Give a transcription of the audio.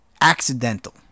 accidental